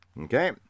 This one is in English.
Okay